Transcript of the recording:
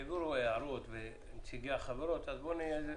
עוד התייחסויות?